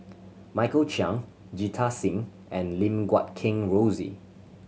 Michael Chiang Jita Singh and Lim Guat Kheng Rosie